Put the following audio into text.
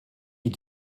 die